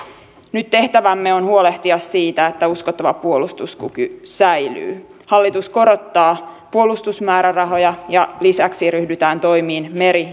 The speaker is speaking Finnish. nyt tehtävämme on huolehtia siitä että uskottava puolustuskyky säilyy hallitus korottaa puolustusmäärärahoja ja lisäksi ryhdytään toimiin meri